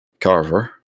Carver